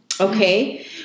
Okay